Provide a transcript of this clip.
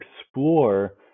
explore